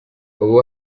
ubu